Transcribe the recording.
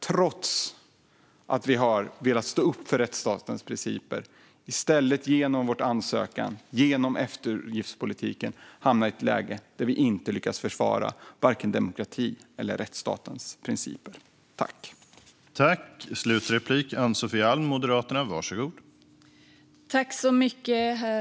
Trots att vi har velat stå upp för rättsstatens principer har vi i stället, genom vår ansökan och genom eftergiftspolitiken, hamnat i ett läge där vi inte lyckas försvara vare sig demokrati eller rättsstatens principer.